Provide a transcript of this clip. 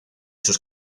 sus